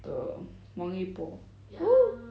the 王一博 !woo!